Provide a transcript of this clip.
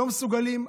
לא מסוגלים,